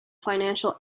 financial